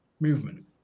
movement